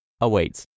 awaits